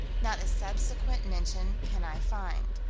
not a subsequent mention can i find.